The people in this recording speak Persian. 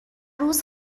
روز